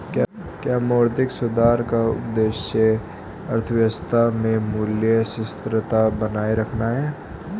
क्या मौद्रिक सुधार का उद्देश्य अर्थव्यवस्था में मूल्य स्थिरता बनाए रखना है?